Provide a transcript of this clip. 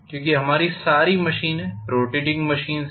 क्योंकि हमारी सारी मशीनें रोटेटिंग मशीन्स हैं